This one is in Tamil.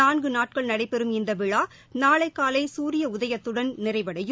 நான்கு நாட்கள் நடைபெறும் இந்த விழா நாளை காலை சூரிய உதயத்துடன் நிறைவடையும்